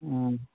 ꯎꯝ